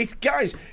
Guys